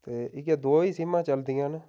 ते इ'यै दो ही सिम्मां चलदियां न